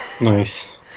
nice